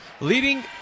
leading